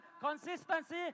consistency